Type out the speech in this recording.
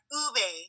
ube